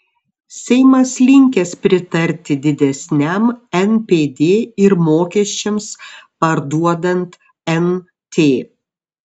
seimas linkęs pritarti didesniam npd ir mokesčiams parduodant nt